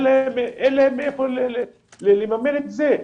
אין להם מאיפה לממן את זה.